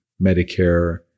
Medicare